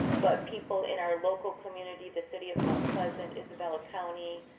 but people in our local community, the city of mount pleasant, isabella county.